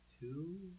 two